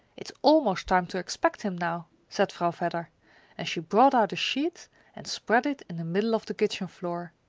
it's almost time to expect him, now, said vrouw vedder and she brought out a sheet and spread it in the middle of the kitchen floor.